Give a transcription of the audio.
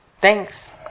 Thanks